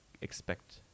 expect